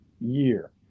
year